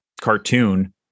cartoon